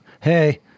Hey